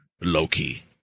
Loki